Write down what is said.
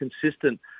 consistent